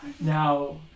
Now